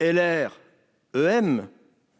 LR ...